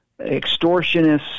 extortionists